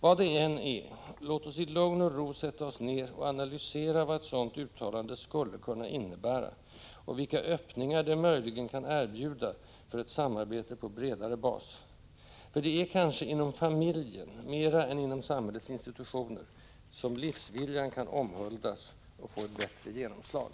Vad det än är — låt oss i lugn och ro sätta oss ned och analysera vad ett sådant uttalande skulle kunna innebära och vilka öppningar det möjligen kan erbjuda för ett samarbete på bredare bas, för det är kanske inom familjen mera än inom samhällets institutioner som ”livsviljan” kan omhuldas och få ett bättre genomslag.